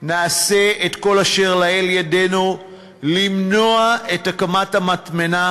נעשה את כל אשר לאל ידנו למנוע את הקמת המטמנה.